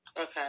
Okay